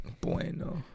Bueno